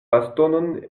bastonon